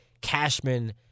Cashman